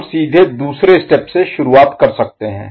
हम सीधे दूसरे स्टेप से शुरुआत कर सकते हैं